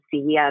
CES